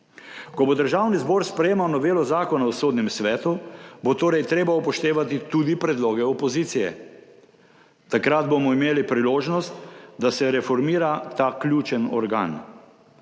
Ko bo Državni zbor sprejemal novelo Zakona o sodnem svetu, bo torej treba upoštevati tudi predloge opozicije. Takrat bomo imeli priložnost, da se reformira ta ključni organ.